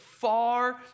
far